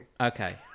Okay